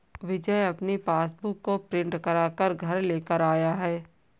विजय अपनी पासबुक को प्रिंट करा कर घर लेकर आया है